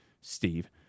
Steve